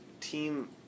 Team